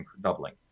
doubling